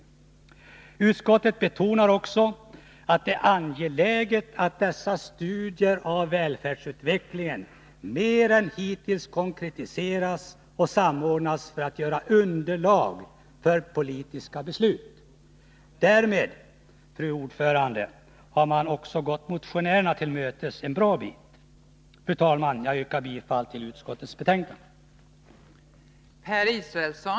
10 november 1982 Utskottet betonar också att det är angeläget att dessa studier av välfärdsutvecklingen mer än hittills konkretiseras och samordnas för att utgöra Utveckling av en underlag för politiska beslut. Därmed har man också gått motionärerna till välfärdsanalys mötes en bra bit. Fru talman! Jag yrkar bifall till utskottets hemställan.